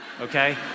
okay